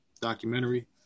documentary